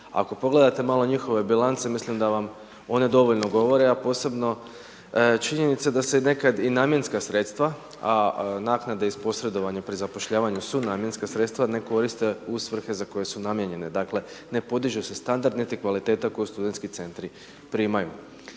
Ako pogledate malo njihove bilance mislim da vam one dovoljno govore, a posebno činjenica da se nekada i namjenska sredstva, a naknade iz posredovanja pri zapošljavanju su namjenska sredstva, ne koriste u svrhe za koje su namijenjene. Dakle, ne podiže se standard niti kvaliteta koju studentski centri primaju.